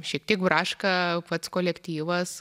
šiek tiek braška pats kolektyvas